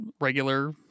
regular